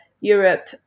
Europe